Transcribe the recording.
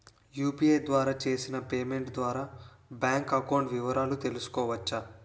UPI ద్వారా చేసిన payment ద్వారా బ్యాంక్ అకౌంట్ వివరాలు తెలుసుకోవచ్చ?